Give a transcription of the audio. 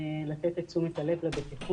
לתת את תשומת הלב לבטיחות,